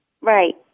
right